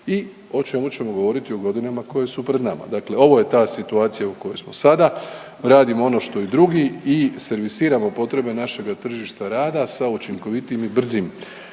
i o čemu ćemo govoriti u godinama koje su pred nama. Dakle, ovo je ta situacija u kojoj smo sada, radimo ono što i drugi i servisiramo potrebe našega tržišta rada sa učinkovitijim i brzim